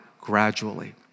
gradually